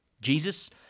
Jesus